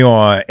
on